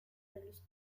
los